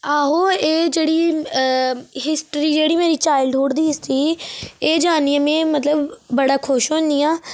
आहो एह् जेह्ड़ी हिस्ट्री जेह्ड़ी मेरी चाइल्डहुड दी हिस्ट्री एह् जानिए में मतलब बड़ा खुश होन्नी आं